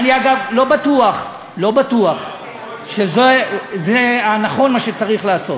אגב, אני לא בטוח שזה מה שצריך לעשות.